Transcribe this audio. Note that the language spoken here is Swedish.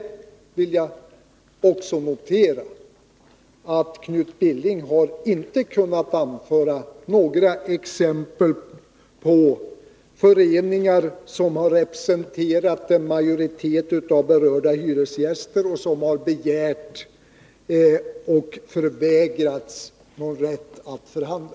Sedan vill jag också notera att Knut Billing inte har kunnat anföra några exempel på föreningar som har representerat en majoritet av berörda hyresgäster och som har begärt och förvägrats rätt att förhandla.